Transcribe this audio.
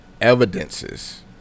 evidences